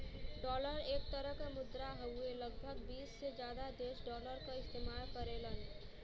dollar एक तरे क मुद्रा हउवे लगभग बीस से जादा देश डॉलर क इस्तेमाल करेलन